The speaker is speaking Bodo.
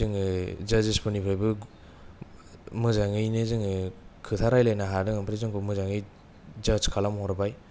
जोङो जाजेस फोरनिफ्रायबो मोजाङैनो जोङो खोथा रायलायनो हादों ओफाय जोंखौ मोजाङै जाजस खालामहरबाय